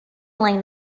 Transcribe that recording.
line